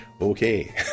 okay